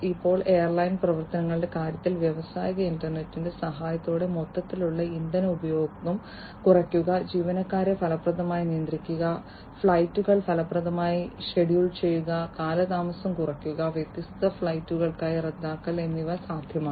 ഇപ്പോൾ എയർലൈൻ പ്രവർത്തനങ്ങളുടെ കാര്യത്തിൽ വ്യാവസായിക ഇന്റർനെറ്റിന്റെ സഹായത്തോടെ മൊത്തത്തിലുള്ള ഇന്ധന ഉപഭോഗം കുറയ്ക്കുക ജീവനക്കാരെ ഫലപ്രദമായി നിയന്ത്രിക്കുക ഫ്ലൈറ്റുകൾ ഫലപ്രദമായി ഷെഡ്യൂൾ ചെയ്യുക കാലതാമസം കുറയ്ക്കുക വ്യത്യസ്ത ഫ്ലൈറ്റുകളുടെ റദ്ദാക്കൽ എന്നിവ സാധ്യമാണ്